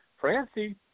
Francie